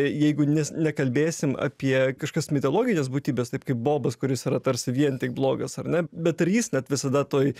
jeigu nes nekalbėsim apie kažkokias mitologines būtybes taip kaip bobas kuris yra tarsi vien tik blogas ar ne bet ir jis net visada toj